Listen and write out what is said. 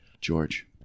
George